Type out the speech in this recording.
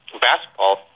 basketball